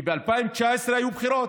כי ב-2019 היו בחירות,